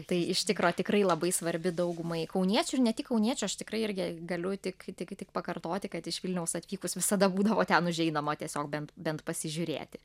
tai iš tikro tikrai labai svarbi daugumai kauniečių ir ne tik kauniečių aš tikrai irgi galiu tik tik tik pakartoti kad iš vilniaus atvykus visada būdavo ten užeinama tiesiog bent bent pasižiūrėti